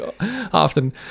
often